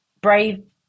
brave